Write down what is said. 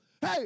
Hey